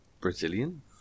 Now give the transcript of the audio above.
Brazilian